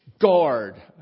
Guard